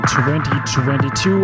2022